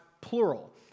plural